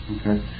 Okay